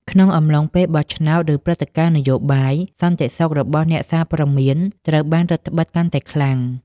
ក្នុងអំឡុងពេលបោះឆ្នោត ឬព្រឹត្តិការណ៍នយោបាយ សន្តិសុខរបស់អ្នកសារព័ត៌មានត្រូវបានរឹតត្បិតកាន់តែខ្លាំង។